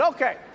Okay